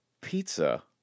Pizza